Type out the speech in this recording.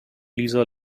lisa